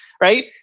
Right